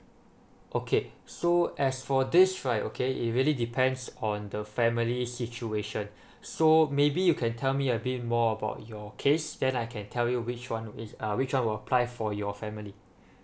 okay so as for this right okay it really depends on the family situation so maybe you can tell me a bit more about your case then I can tell you which one is uh which one will apply for your family